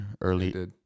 early